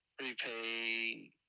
repay